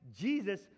Jesus